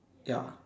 ya